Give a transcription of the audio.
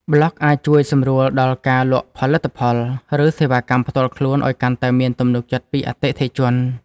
ប្លក់អាចជួយសម្រួលដល់ការលក់ផលិតផល ឬសេវាកម្មផ្ទាល់ខ្លួនឱ្យកាន់តែមានទំនុកចិត្តពីអតិថិជន។